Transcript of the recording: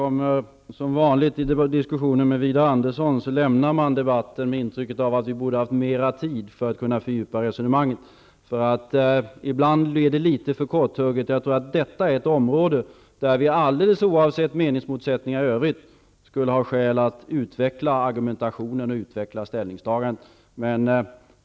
Herr talman! I diskussioner med Widar Andersson lämnar man som vanligt debatten med intrycket av att vi borde ha haft mera tid för att kunna fördjupa resonemangen. Ibland blir det litet för korthugget. Jag tror att detta är ett område där vi alldeles oavsett meningsmotsättningar i övrigt skulle ha skäl att utveckla argumentationen och ställningstagandet.